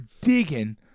digging